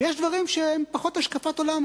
יש דברים שהם פחות השקפת עולם,